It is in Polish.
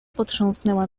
potrząsnęła